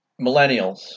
millennials